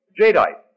Jadeite